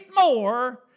more